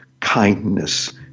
kindness